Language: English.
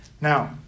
Now